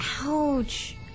Ouch